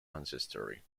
ancestry